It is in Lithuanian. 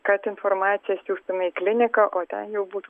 kad informaciją siųstume į kliniką o ten jau būtų